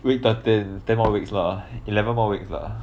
week thirteen ten more weeks lah eleven more weeks lah